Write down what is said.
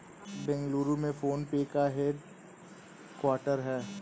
बेंगलुरु में PhonePe का head quarter हैं